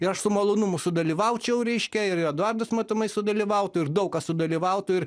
ir aš su malonumu sudalyvaučiau reiškia ir eduardas matomai sudalyvautų ir daug kas sudalyvautų ir